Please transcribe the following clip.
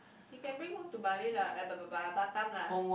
you can bring work to Bali lah eh ba ba ba Batam lah